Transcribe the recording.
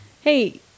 hey